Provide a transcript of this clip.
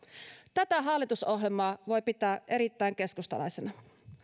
tätä hallitusohjelmaa voi pitää erittäin keskustalaisena